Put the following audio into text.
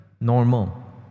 normal